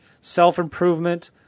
self-improvement